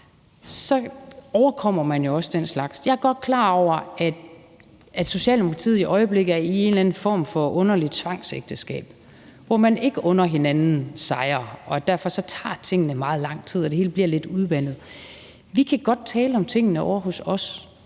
så overkommer man jo også den slags. Jeg er godt klar over, at Socialdemokratiet i øjeblikket er i en eller anden form for underligt tvangsægteskab, hvor man ikke under hinanden sejre, og derfor tager tingene meget lang tid, og det hele bliver lidt udvandet. Vi kan godt tale om tingene ovre hos os,